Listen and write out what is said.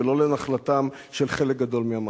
ולא נחלתם של חלק גדול מהמעסיקים.